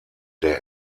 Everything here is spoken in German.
der